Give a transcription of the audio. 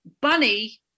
Bunny